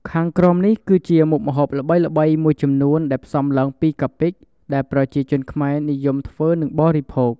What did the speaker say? ខាងក្រោមនេះ គឺជាមុខម្ហូបល្បីៗមួយចំនួនដែលផ្សំឡើងពីកាពិ ដែលប្រជាជនខ្មែរនិយមធ្វើនិងបរិភោគ។